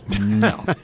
No